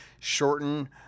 shorten